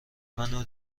منو